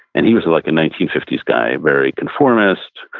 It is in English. and he was like a nineteen fifty s guy, very conformist,